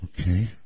Okay